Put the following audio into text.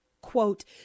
Quote